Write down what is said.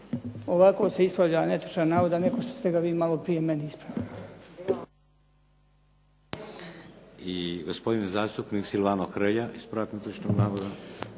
Ovako se ispravlja netočan navod, a ne kao što ste ga vi maloprije meni ispravljali.